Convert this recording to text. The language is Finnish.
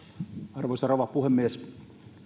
arvoisa rouva puhemies